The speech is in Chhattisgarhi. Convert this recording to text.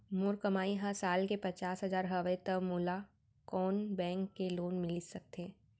मोर कमाई ह साल के पचास हजार हवय त मोला कोन बैंक के लोन मिलिस सकथे?